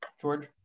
George